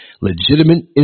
legitimate